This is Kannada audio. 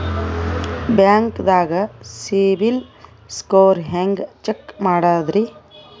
ಬ್ಯಾಂಕ್ದಾಗ ಸಿಬಿಲ್ ಸ್ಕೋರ್ ಹೆಂಗ್ ಚೆಕ್ ಮಾಡದ್ರಿ?